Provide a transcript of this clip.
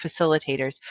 facilitators